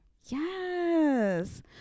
Yes